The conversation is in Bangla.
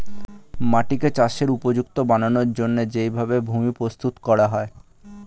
মাটিকে চাষের উপযুক্ত বানানোর জন্যে যেই ভাবে ভূমি প্রস্তুত করা হয়